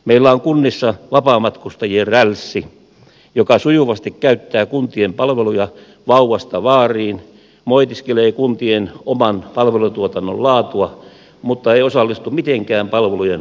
meillä on kunnissa vapaamatkustajien rälssi joka sujuvasti käyttää kuntien palveluja vauvasta vaariin moitiskelee kuntien oman palvelutuotannon laatua mutta ei osallistu mitenkään palvelujen rahoittamiseen